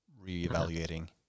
re-evaluating